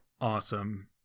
awesome